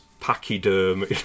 Pachyderm